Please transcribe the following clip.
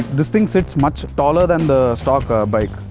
this thinks it's much taller than the stock ah bike.